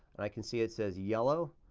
and i can see it says yellow,